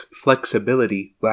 flexibility